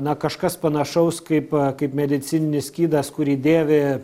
na kažkas panašaus kaip kaip medicininis skydas kurį dėvi